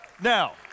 Now